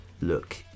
look